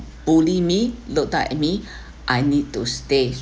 bullied me looked down at me I need to stay